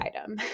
item